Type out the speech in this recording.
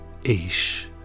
Aish